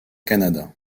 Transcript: canada